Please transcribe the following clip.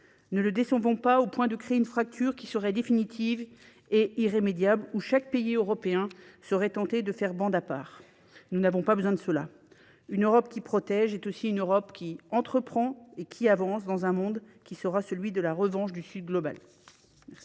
au risque, sinon, de créer une fracture définitive et irrémédiable. Chaque pays européen pourrait alors être tenté de faire bande à part. Nous n’avons pas besoin de cela. Une Europe qui protège est aussi une Europe qui entreprend et qui avance, dans un monde qui sera celui de la revanche du Sud global.